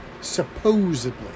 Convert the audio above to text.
Supposedly